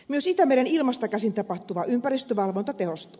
myös itämeren ilmasta käsin tapahtuva ympäristövalvonta tehostuu